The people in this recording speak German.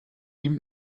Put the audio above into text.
ihm